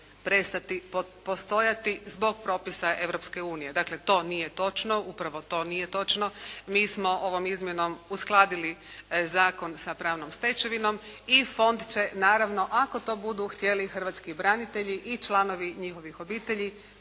prestati postojati zbog propisa Europske unije. Dakle, to nije točno. Upravo to nije točno. Mi smo ovom izmjenom uskladili zakon sa pravnom stečevinom i fond će naravno ako to budu htjeli hrvatski branitelji i članovi njihovih obitelji